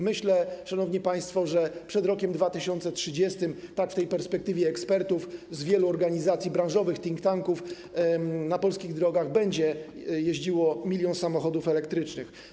Myślę, szanowni państwo, że przed rokiem 2030 - w takiej perspektywie według ekspertów z wielu organizacji branżowych, think tanków - na polskich drogach będzie jeździło milion samochodów elektrycznych.